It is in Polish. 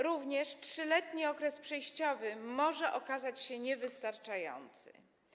Również 3-letni okres przejściowy może okazać się niewystarczający.